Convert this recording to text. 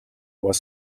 was